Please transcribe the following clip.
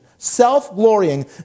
self-glorying